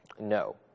no